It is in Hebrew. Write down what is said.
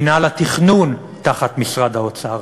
מינהל התכנון תחת משרד האוצר,